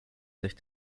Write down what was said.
sich